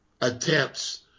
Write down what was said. attempts